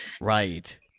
right